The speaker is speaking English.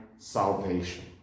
salvation